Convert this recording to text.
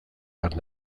bat